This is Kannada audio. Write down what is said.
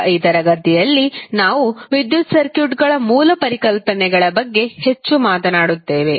ಈಗ ಈ ತರಗತಿಯಲ್ಲಿ ನಾವು ವಿದ್ಯುತ್ ಸರ್ಕ್ಯೂಟ್ಗಳ ಮೂಲ ಪರಿಕಲ್ಪನೆಗಳ ಬಗ್ಗೆ ಹೆಚ್ಚು ಮಾತನಾಡುತ್ತೇವೆ